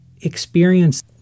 experience